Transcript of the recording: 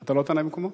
אתה לא תענה במקומו?